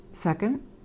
Second